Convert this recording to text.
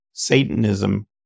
Satanism